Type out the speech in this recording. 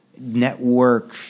network